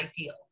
ideal